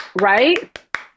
right